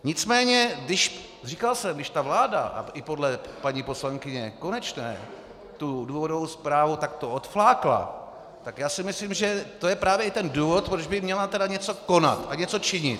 Nicméně říkal jsem, když ta vláda i podle paní poslankyně Konečné tu důvodovou zprávu takto odflákla, tak já si myslím, že to je právě i ten důvod, proč by měla něco konat a něco činit.